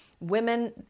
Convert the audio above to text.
women